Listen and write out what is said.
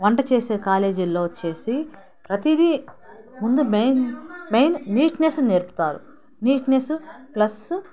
వంట చేసే కాలేజీల్లో వచ్చేసి ప్రతీది ముందు మెయిన్ మెయిన్ నీట్నెస్ని నేర్పుతారు నీట్నెసు ప్లస్సు